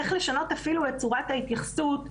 איך לשנות אפילו את צורת ההתייחסות.